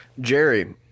Jerry